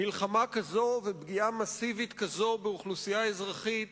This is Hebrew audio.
מלחמה כזו ופגיעה מסיבית כזו באוכלוסייה אזרחית